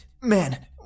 Man